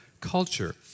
culture